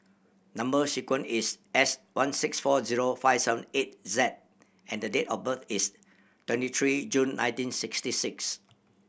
number sequence is S one six four zero five seven eight Z and the date of birth is twenty three June nineteen sixty six